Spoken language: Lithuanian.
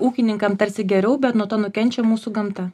ūkininkam tarsi geriau bet nuo to nukenčia mūsų gamta